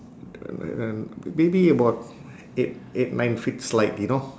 an~ and maybe about eight eight nine feet slide you know